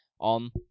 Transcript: on